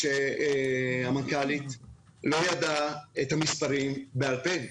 שהמנכ"לית לא ידעה את המספרים בעל-פה.